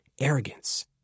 arrogance